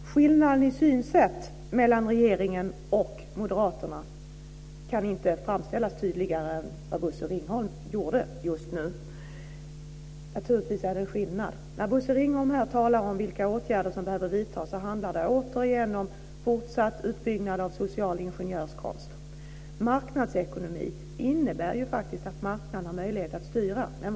Fru talman! Skillnaden i synsätt mellan regeringen och moderaterna kan inte framställas tydligare än vad Bosse Ringholm gjorde just nu. Naturligtvis är det en skillnad. När Bosse Ringholm här talar om vilka åtgärder som behöver vidtas handlar det återigen om fortsatt utbyggnad av social ingenjörskonst. Marknadsekonomi innebär faktiskt att marknaden har möjlighet att styra.